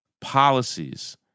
policies